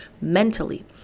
mentally